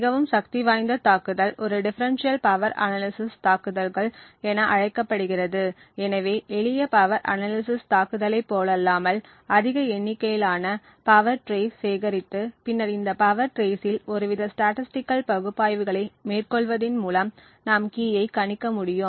மிகவும் சக்திவாய்ந்த தாக்குதல் ஒரு டிஃபெரென்ஷியல் பவர் அனாலிசிஸ் தாக்குதல்கள் என அழைக்கப்படுகிறது எனவே எளிய பவர் அனாலிசிஸ் தாக்குதலைப் போலல்லாமல் அதிக எண்ணிக்கையிலான பவர் ட்ரேஸ் சேகரித்து பின்னர் இந்த பவர் ட்ரேஸ்சில் ஒருவித ஸ்டேடஸ்ட்டிகள் பகுப்பாய்வுகளை மேற்கொள்வதின் மூலம் நாம் கீயை கணிக்க முடியும்